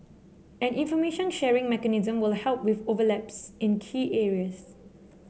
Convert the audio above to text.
an information sharing mechanism will help with overlaps in key areas